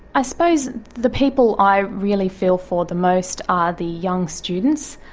i suppose and the people i really feel for the most are the young students,